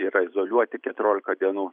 yra izoliuoti keturiolika dienų